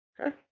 Okay